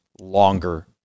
longer